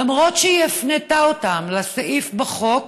למרות שהיא הפנתה אותם לסעיף בחוק,